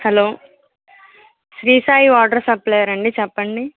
hello Sri Sai water supplier అండి చెప్పండి